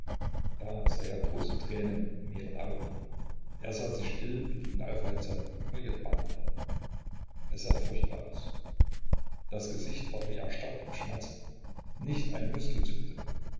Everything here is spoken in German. da sah er große tränen in ihren augen er sah sie still und unaufhaltsam über ihre backen rennen es sah furchtbar aus das gesicht war wie erstarrt im schmerze nicht ein